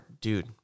dude